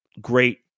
great